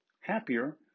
happier